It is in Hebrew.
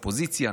אופוזיציה,